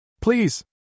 Please